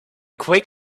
quick